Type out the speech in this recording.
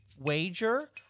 wager